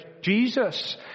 Jesus